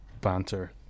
banter